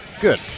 good